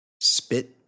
Spit